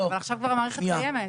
ועכשיו המערכת כבר קיימת,